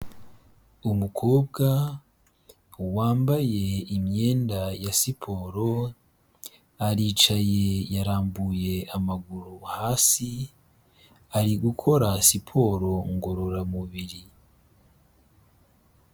Umukobwa wambaye imyenda ya siporo, aricaye yarambuye amaguru hasi, ari gukora siporo ngororamubiri.